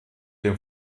dem